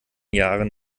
jahren